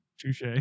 Touche